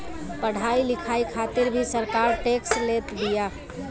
पढ़ाई लिखाई खातिर भी सरकार टेक्स लेत बिया